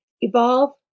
evolve